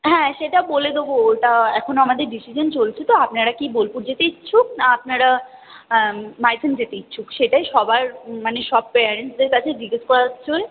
হ্যাঁ সেটা বলে দেবো ওটা এখনও আমাদের ডিসিশান চলছে তো আপনারা কি বোলপুর যেতে ইচ্ছুক না আপনারা মাইথন যেতে ইচ্ছুক সেটাই সবার মানে সব প্যারেন্টসদের কাছে জিজ্ঞেস করা